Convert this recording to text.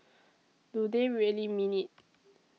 do they really mean it